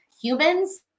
Humans